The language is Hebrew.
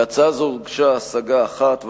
להצעה זו הוגשה השגה אחת.